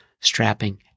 strapping